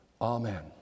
Amen